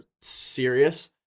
serious